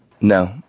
No